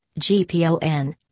GPON